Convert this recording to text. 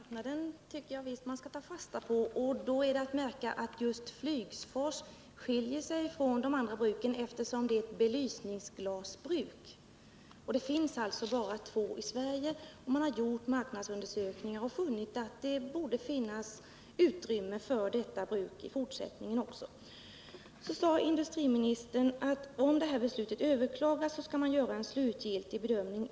Fru talman! Detta med glasbrukens särart tycker också jag att vi skall ta fasta på. Då är det att märka att just Flygsfors skiljer sig från de andra bruken, eftersom det är ett belysningsglasbruk, och det finns bara två sådana i Sverige. Man har gjort marknadsundersökningar och funnit att det borde finnas utrymme för detta bruk också i fortsättningen. Industriministern sade att om beslutet överklagas, då skall regeringen göra en slutgiltig bedömning.